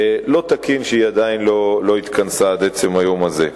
זה לא תקין שהיא עדיין לא התכנסה עד עצם היום הזה.